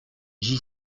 j’y